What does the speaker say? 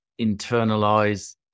internalize